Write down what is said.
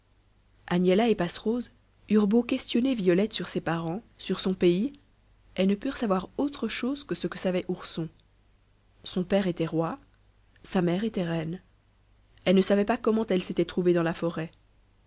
agnella et passerose eurent beau questionner violette sur ses parents sur son pays elles ne purent savoir autre chose que ce que savait ourson son père était roi sa mère était reine elle ne savait pas comment elle s'était trouvée dans la forêt